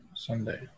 Sunday